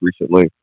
recently